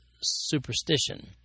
superstition